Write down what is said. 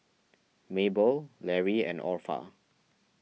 Mabel Larry and Orpha